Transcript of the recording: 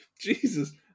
Jesus